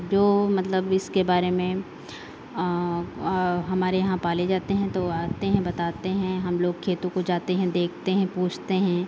जो मतलब इसके बारे में हमारे यहाँ पाले जाते हैं तो आते हैं बताते हैं हम लोग खेतों को जाते हैं देखते हैं पूछते हैं